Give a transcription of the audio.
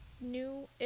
new